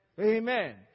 Amen